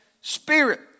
Spirit